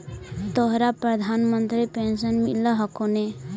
तोहरा प्रधानमंत्री पेन्शन मिल हको ने?